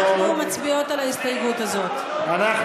מצביעות על ההסתייגות הזאת.